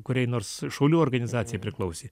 kuriai nors šaulių organizacijai priklausė